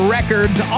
Records